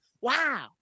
wow